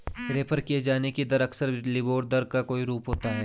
refer किये जाने की दर अक्सर लिबोर दर का कोई रूप होता है